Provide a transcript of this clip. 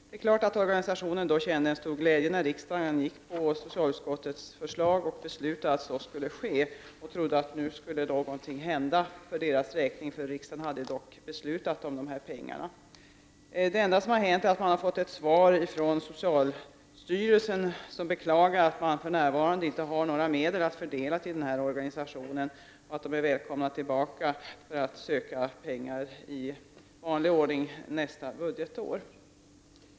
Det är klart att föreningen kände en mycket stor glädje när riksdagen beslutade i enlighet med socialutskottets förslag. Man trodde då att det skulle hända någonting, eftersom riksdagen dock hade beslutat om dessa pengar. Det enda som har hänt är att föreningen har fått ett svar från socialstyrelsen, där man beklagar att det för närvarande inte finns några medel att fördela till denna organisation och att den är välkommen tillbaka för att ansöka om pengar i vanlig ordning under nästa budgetår.